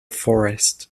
forest